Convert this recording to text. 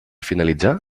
finalitzar